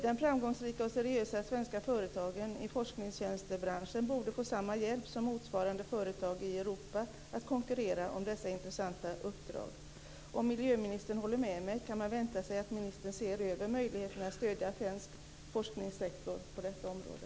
De framgångsrika och seriösa svenska företagen i forskningstjänstebranschen borde få samma hjälp som motsvarande företag i Europa med att konkurrera om dessa intressanta uppdrag. Om miljöministern håller med mig, kan man då vänta sig att ministern ser över möjligheterna att stödja den svenska forskningssektorn på detta område?